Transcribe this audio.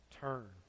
turn